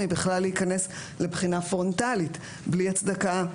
מבכלל להיכנס לבחינה פרונטלית בלי הצדקה.